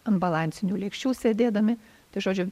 ant balansinių lėkščių sėdėdami tai žodžiu